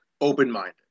open-minded